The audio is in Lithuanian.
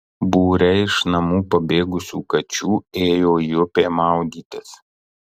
būriai iš namų pabėgusių kačių ėjo į upę maudytis